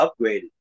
upgraded